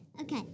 Okay